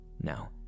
Now